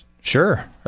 sure